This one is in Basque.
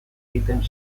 egiten